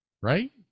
Right